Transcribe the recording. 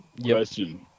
question